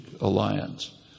alliance